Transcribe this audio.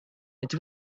and